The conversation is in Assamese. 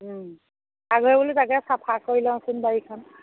আগে বোলো তাকে চাফা কৰি লওঁচোন বাৰীখন